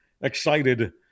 excited